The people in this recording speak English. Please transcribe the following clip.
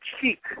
cheek